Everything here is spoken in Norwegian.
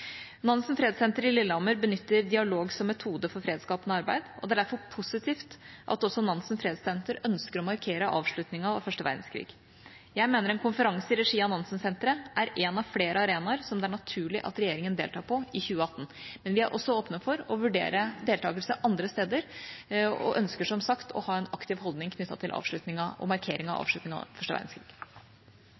Fredssenter på Lillehammer benytter dialog som metode for fredsskapende arbeid, og det er derfor positivt at også Nansen Fredssenter ønsker å markere avslutningen av første verdenskrig. Jeg mener en konferanse i regi av Nansensenteret er en av flere arenaer som det er naturlig at regjeringa deltar på i 2018, men vi er også åpne for å vurdere deltagelse andre steder og ønsker som sagt å ha en aktiv holdning knyttet til markeringen av avslutningen av første